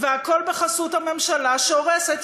והכול בחסות הממשלה שהורסת,